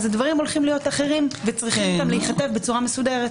הדברים הולכים להיות אחרים וצריכים גם להיכתב בצורה מסודרת.